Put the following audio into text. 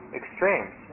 extremes